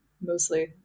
mostly